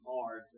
hard